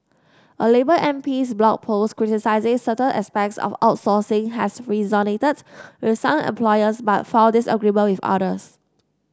a labour M P's Blog Post criticising certain aspects of outsourcing has resonated with some employers but found disagreement with others